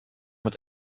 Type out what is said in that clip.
het